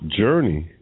journey